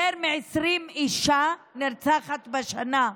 יותר מ-20 נשים נרצחות בשנה,